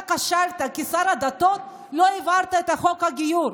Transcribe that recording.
אתה כשלת כשר הדתות ולא העברת את חוק הגיור.